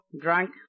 drunk